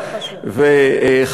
אתנחתא חשובה ומסר חשוב.